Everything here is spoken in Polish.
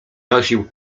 nosił